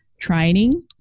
training